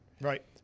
Right